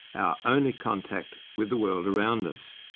our only contact with the world around us.